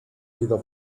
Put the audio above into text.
either